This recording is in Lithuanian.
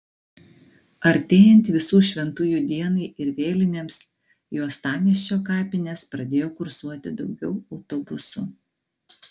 artėjant visų šventųjų dienai ir vėlinėms į uostamiesčio kapines pradėjo kursuoti daugiau autobusų